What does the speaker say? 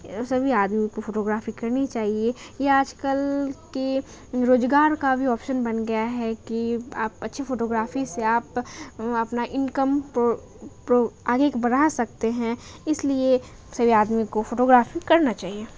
سبھی آدمی کو فوٹوگرافی کرنی چاہیے یا آج کل کے روزگار کا بھی آپشن بن گیا ہے کہ آپ اچھی فوٹوگرافی سے آپ اپنا انکم پر آگے کے بڑھا سکتے ہیں اس لیے سبھی آدمی کو فوٹوگرافی کرنا چاہیے